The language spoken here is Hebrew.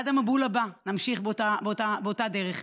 עד המבול הבא נמשיך באותה דרך.